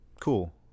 cool